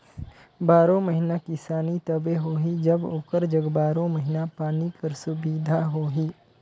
बारो महिना किसानी तबे होही जब ओकर जग बारो महिना पानी कर सुबिधा होही